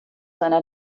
einer